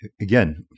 Again